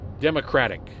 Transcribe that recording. Democratic